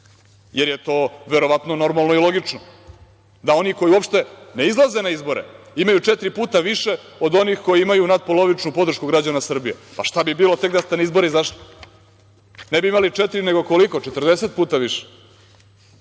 jer je to verovatno normalno i logično da oni koji uopšte ne izlaze na izbore imaju četiri puta više od onih koji imaju nadpolovičnu podršku građana Srbije. Šta bi bilo tek da ste na izbore izašli, ne bi imali četiri, nego koliko, četrdeset puta